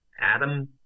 Adam